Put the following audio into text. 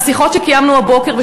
מהשיחות שקיימנו הבוקר,